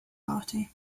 party